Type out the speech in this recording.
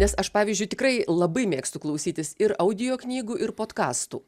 nes aš pavyzdžiui tikrai labai mėgstu klausytis ir audio knygų ir potkastų